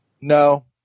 No